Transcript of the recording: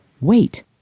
Wait